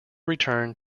returned